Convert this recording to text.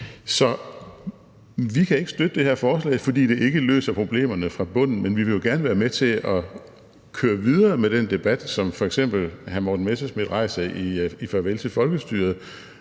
Så vi kan ikke støtte det her forslag, for det løser ikke problemerne fra bunden, men vi vil jo gerne være med til at køre videre med den debat, som f.eks. hr. Morten Messerschmidt rejser i »Farvel til folkestyret«,